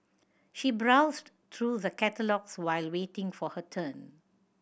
she browsed through the catalogues while waiting for her turn